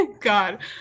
god